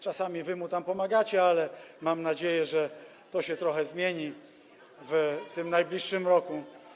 Czasami wy mu pomagacie, ale mam nadzieję, że to się trochę zmieni w najbliższym roku.